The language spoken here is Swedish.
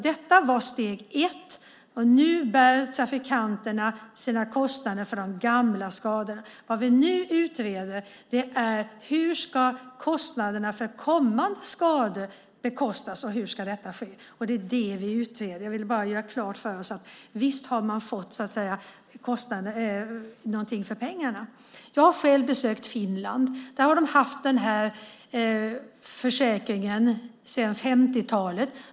Detta var steg ett, och nu bär trafikanterna kostnaderna för de gamla skadorna. Vad vi nu utreder är hur kostnaderna för kommande skador ska bäras och hur det ska ske. Det är det vi utreder. Jag ville bara att det skulle stå klart: Visst har man fått någonting för pengarna. Jag har själv besökt Finland. Där har man haft den här försäkringsformen sedan 1950-talet.